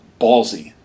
Ballsy